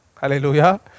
Hallelujah